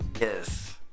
Yes